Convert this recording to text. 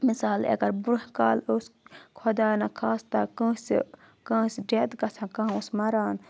مِثال اگر برونٛہہ کالہٕ اوس خۄدا نہ خاستہ کٲنٛسہِ کٲنٛسہِ ڈِیَتھ گَژھان کانٛہہ اوس مَران